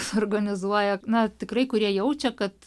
suorganizuoja na tikrai kurie jaučia kad